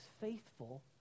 faithful